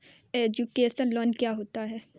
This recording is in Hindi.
एजुकेशन लोन क्या होता है?